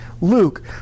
Luke